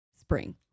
spring